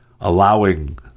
allowing